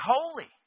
holy